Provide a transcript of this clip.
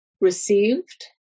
received